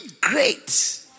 great